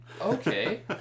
okay